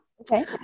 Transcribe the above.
Okay